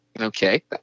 Okay